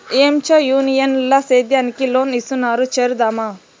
ఏంచా యూనియన్ ల సేద్యానికి లోన్ ఇస్తున్నారు చేరుదామా